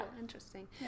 interesting